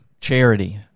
charity